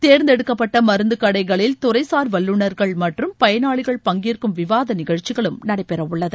தேர்ந்தெடுக்கப்பட்ட மருந்து கடைகளில் துறைசார் வல்லுனர்கள் மற்றும் பயனாளிகள் பங்கேற்கும் விவாத நிகழ்ச்சிகளும் நடைபெறவுள்ளது